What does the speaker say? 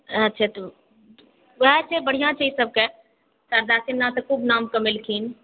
अच्छा तऽ उएह छै बढ़िआँ छै ईसभके शारदा सिन्हा तऽ खूब नाम कमेलखिन